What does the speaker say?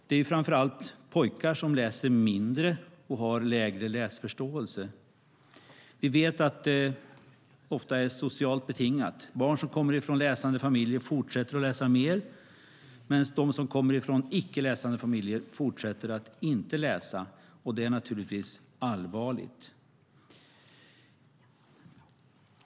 Det är framför allt pojkar som läser mindre och har lägre läsförståelse. Vi vet att det ofta är socialt betingat. Barn som kommer från läsande familjer fortsätter att läsa mer, medan de som kommer från icke läsande familjer fortsätter att inte läsa. Det är naturligtvis allvarligt.